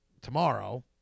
tomorrow